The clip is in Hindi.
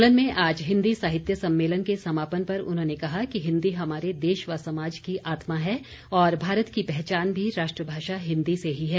सोलन में आज हिन्दी साहित्य सम्मेलन के समापन पर उन्होंने कहा कि हिन्दी हमारे देश व समाज की आत्मा है और भारत की पहचान भी राष्ट्रभाषा हिन्दी से ही है